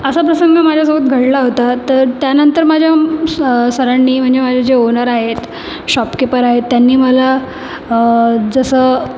असा प्रसंग माझ्यासोबत घडला होता तर त्यानंतर माझ्या सरांनी म्हणजे जे माझे ओनर आहेत शॉपकीपर आहेत त्यांनी मला जसं